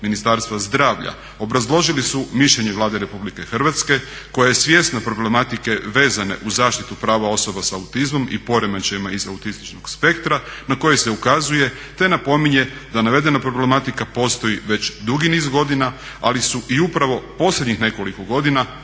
Ministarstva zdravlja obrazložili su mišljenje Vlade Republike Hrvatske koje je svjesno problematike vezane uz zaštitu prava osoba sa autizmom i poremećajima iz autističnog spektra na koje se ukazuje te napominje da navedena problematika postoji već dugi niz godina ali su i upravo posljednjih nekoliko godina